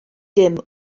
dim